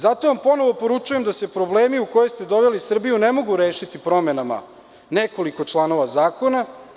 Zato vam ponovo poručujem da se problemi u koje ste doveli Srbiju ne mogu rešiti promenama nekoliko članova zakona.